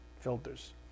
Filters